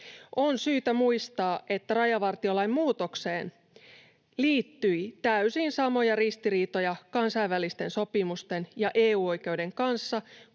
On syytä muistaa, että rajavartiolain muutokseen liittyi täysin samoja ristiriitoja kansainvälisten sopimusten ja EU-oikeuden kanssa